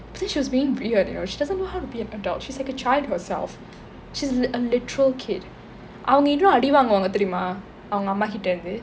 please she was being weird you know she doesn't know how to be an adult she's like a child herself she's a literal kid அவங்க இன்னும் அடி வாங்குவாங்க தெரியுமா அவங்க அம்மாகிட்டேர்ந்து:avanga innum adi vaanguvaanga theriyuma avanga ammaakitternthu